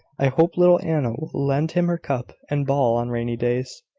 i hope little anna will lend him her cup and ball on rainy days.